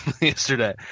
yesterday